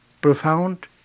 Profound